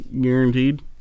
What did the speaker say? guaranteed